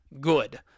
good